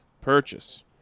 purchase